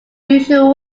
usual